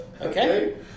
Okay